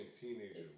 teenager